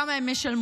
כמה הם ישלמו.